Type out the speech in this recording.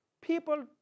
people